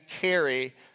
carry